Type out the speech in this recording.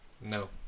No